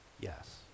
Yes